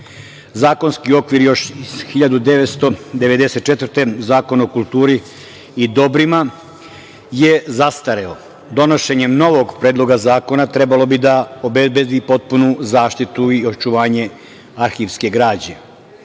Zakonski okvir još iz 1994. godine, Zakon o kulturi i dobrima, je zastareo. Donošenje novog predloga zakona trebalo bi da obezbedi potpunu zaštitu i očuvanje arhivske građe,